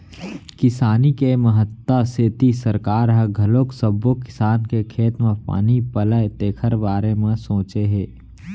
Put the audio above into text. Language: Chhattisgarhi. किसानी के महत्ता सेती सरकार ह घलोक सब्बो किसान के खेत म पानी पलय तेखर बारे म सोचे हे